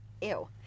Ew